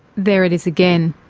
there it is again.